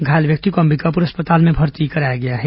घायल व्यक्ति को अंबिकापुर अस्पताल में भर्ती कराया गया है